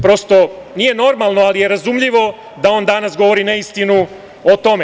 Prosto, nije normalno, ali je razumljivo da on danas govori ne istinu o tome.